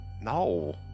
No